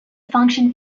function